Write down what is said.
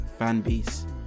fanbase